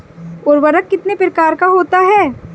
उर्वरक कितने प्रकार का होता है?